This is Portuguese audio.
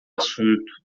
assunto